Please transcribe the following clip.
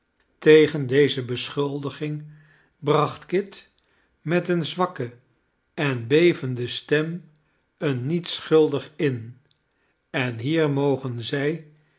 tegen deze beschuldiging bracht kit met eene zwakke en bevende stem een niet schuldig in en hier mogen zij